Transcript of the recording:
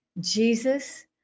Jesus